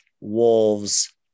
Wolves